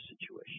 situation